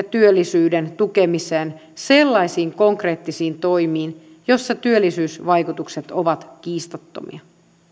työllisyyden tukemiseen sellaisiin konkreettisiin toimiin joissa työllisyysvaikutukset ovat kiistattomia